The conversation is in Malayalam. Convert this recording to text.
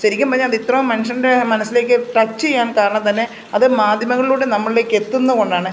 ശരിക്കും പറഞ്ഞാൽ അതിത്രയും മനുഷ്യൻറെ മനസ്സിലേക്ക് ടച്ച് ചെയ്യാൻ കാരണം തന്നെ അത് മാധ്യമങ്ങളിലൂടെ നമ്മളിലേക്ക് എത്തുന്നതുകൊണ്ടാണ്